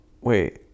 wait